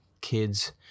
kids